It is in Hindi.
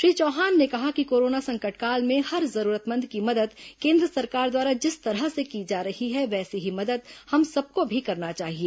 श्री चौहान ने कहा कि कोरोना संकट काल में हर जरूरतमंद की मदद केन्द्र सरकार द्वारा जिस तरह से की जा रही है वैसे ही मदद हम सबको भी करना चाहिए